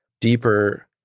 deeper